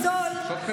מבקש,